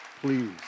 Please